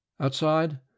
Outside